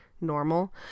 normal